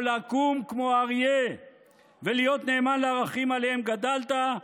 או לקום כמו אריה ולהיות נאמן לערכים שעליהם גדלת,